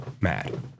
mad